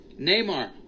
Neymar